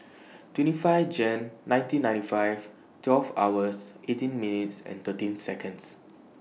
twenty five Jan nineteen ninety five twelve hours eighteen minutes and thirteen Seconds